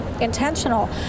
intentional